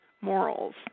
morals